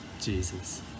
Jesus